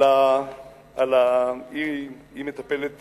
היא מטפלת טבעונית,